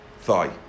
thigh